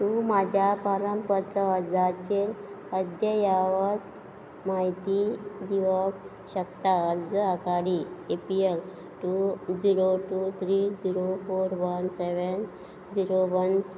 तूं म्हाज्या पारपत्र अर्जाचेर अद्यावत म्हायती दिवंक शकता अर्ज आकाडी A P L two zero two three zero four one seven zero one